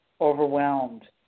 overwhelmed